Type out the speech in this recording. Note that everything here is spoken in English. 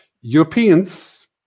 Europeans